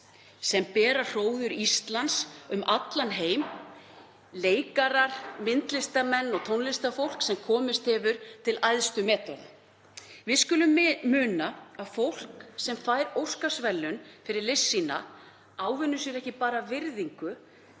sem bera hróður Íslands um allan heim, leikarar, myndlistarmenn og tónlistarfólk sem komist hefur til æðstu metorða. Við skulum muna að fólk sem fær Óskarsverðlaunin fyrir list sína ávinnur sér ekki bara virðingu